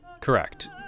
Correct